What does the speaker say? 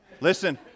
Listen